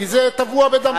כי זה טבוע בדמך.